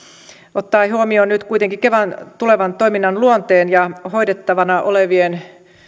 ottaen huomioon nyt kuitenkin kevan tulevan toiminnan luonteen ja hoidettavana olevien